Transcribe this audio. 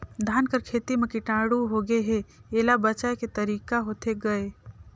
धान कर खेती म कीटाणु होगे हे एला बचाय के तरीका होथे गए?